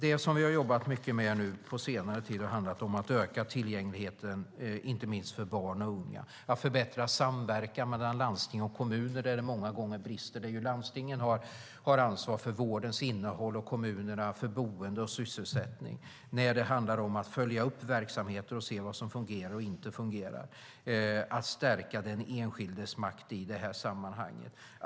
Det som vi har jobbat mycket med nu på senare tid är att öka tillgängligheten, inte minst för barn och unga, samt att förbättra samverkan mellan landsting och kommuner, där det många gånger brister. Landstingen har ansvar för vårdens innehåll och kommunerna för boende och sysselsättning. Det handlar om att följa upp verksamheter och se vad som fungerar och inte fungerar. Den enskildes makt bör också stärkas.